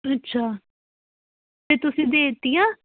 ਅੱਛਾ ਤਾਂ ਤੁਸੀਂ ਦੇ ਦਿੱਤੀਆਂ